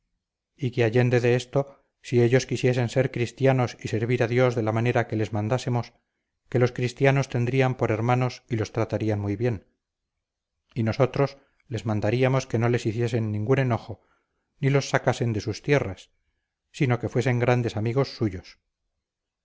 y que allende de esto si ellos quisiesen ser cristianos y servir a dios de la manera que les mandásemos que los cristianos tendrían por hermanos y los tratarían muy bien y nosotros les mandaríamos que no les hiciesen ningún enojo ni los sacasen de sus tierras sino que fuesen grandes amigos suyos